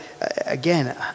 again